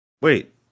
Wait